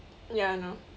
ya I know